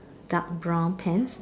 dark brown pants